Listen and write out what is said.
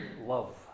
love